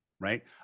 Right